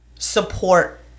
support